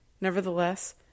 Nevertheless